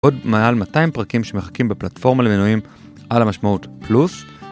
עוד מעל 200 פרקים שמחכים בפלטפורמה למינויים על המשמעות פלוס